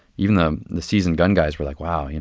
even the the seasoned gun guys were, like, wow. and